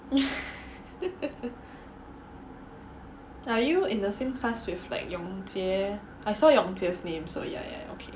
are you in the same class with like Yong Jie I saw your Yong Jie's name so ya ya okay